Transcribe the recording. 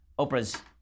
Oprah's